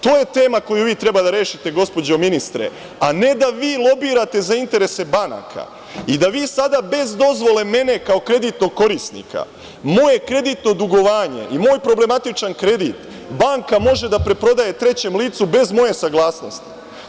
To je tema koju vi treba da rešite, gospođo ministre, a ne da vi lobirate za interese banaka i da vi sada bez dozvole mene, kao kreditnog korisnika, moje kreditno dugovanje i moj problematičan kredit, banka može da preprodaje trećem licu bez moje saglasnosti.